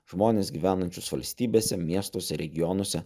žmones gyvenančius valstybėse miestuose regionuose